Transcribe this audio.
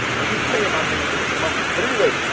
and we paying my man for him to mumble. but anyway,